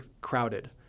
crowded